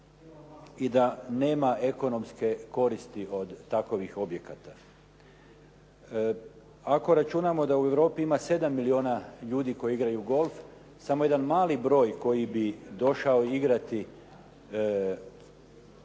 i da nema ekonomske koristi od takovih objekata. Ako računamo da u Europi ima 7 milijuna ljudi koji igrali golf samo jedan mali broj koji bi došao igrati